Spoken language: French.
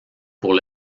pour